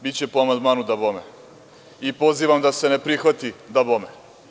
Biće po amandmanu, dabome, i pozivam da se ne prihvati, dabome.